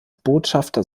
botschafter